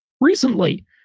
recently